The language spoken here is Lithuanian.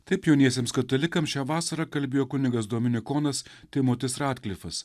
taip jauniesiems katalikams šią vasarą kalbėjo kunigas dominikonas timotis ratklifas